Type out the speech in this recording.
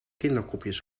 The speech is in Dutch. kinderkopjes